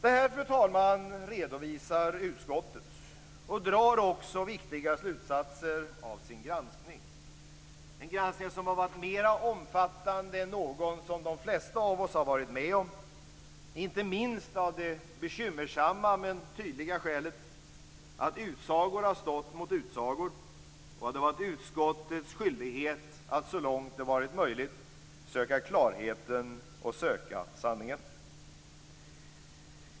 Det här, fru talman, redovisar utskottet och drar också viktiga slutsatser av sin granskning, en granskning som har varit mera omfattande än någon som de flesta av oss har varit med om, inte minst av det bekymmersamma men tydliga skälet att utsagor har stått mot utsagor och att det var utskottets skyldighet att så långt det varit möjligt söka klarheten och söka sanningen.